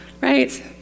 Right